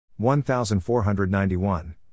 1491